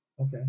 Okay